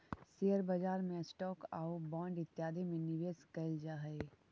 share बाजार में stock आउ बांड इत्यादि में निवेश कैल जा हई